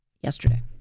yesterday